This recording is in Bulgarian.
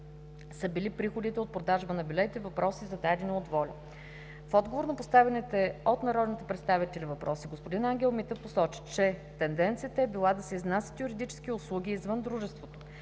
са били приходите от продажба на билети? – въпроси, зададени от „Воля“. В отговор на поставените от народните представители въпроси господин Ангел Митев посочи, че тенденцията е била да се изнасят юридическите услуги извън дружеството.